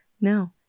No